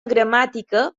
gramàtica